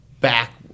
back